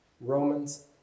Romans